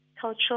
cultural